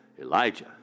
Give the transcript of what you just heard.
Elijah